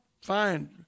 fine